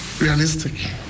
realistic